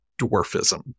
dwarfism